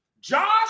Josh